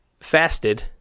fasted